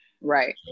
Right